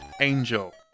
angel